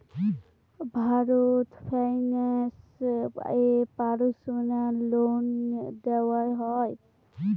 Bharat Finance এ personal loan দেওয়া হয়?